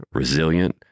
resilient